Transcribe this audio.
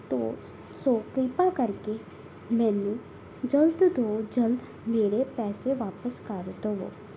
ਤੋ ਸ ਸੋ ਕਿਰਪਾ ਕਰਕੇ ਮੈਨੂੰ ਜਲਦ ਤੋਂ ਜਲਦ ਮੇਰੇ ਪੈਸੇ ਵਾਪਸ ਕਰ ਦਿਉ